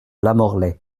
lamorlaye